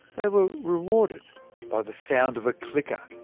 they were rewarded by the sound of a clicker.